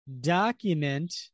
document